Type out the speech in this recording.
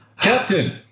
Captain